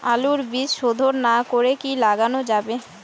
আলুর বীজ শোধন না করে কি লাগানো যাবে?